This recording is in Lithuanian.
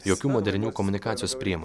jokių modernių komunikacijos priemo